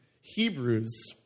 Hebrews